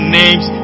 names